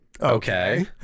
Okay